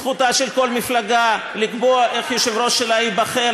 זכותה של כל מפלגה לקבוע איך היושב-ראש שלה ייבחר,